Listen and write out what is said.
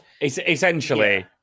Essentially